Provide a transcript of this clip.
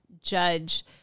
judge